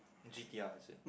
G_T_R is it